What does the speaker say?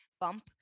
bump